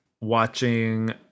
watching